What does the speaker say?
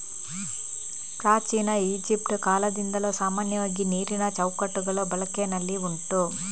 ಪ್ರಾಚೀನ ಈಜಿಪ್ಟ್ ಕಾಲದಿಂದಲೂ ಸಾಮಾನ್ಯವಾಗಿ ನೀರಿನ ಚೌಕಟ್ಟುಗಳು ಬಳಕೆನಲ್ಲಿ ಉಂಟು